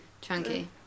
Chunky